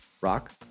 Rock